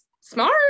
smart